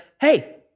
hey